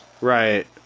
Right